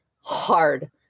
hard